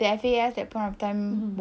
like a stable right